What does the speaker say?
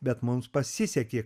bet mums pasisekė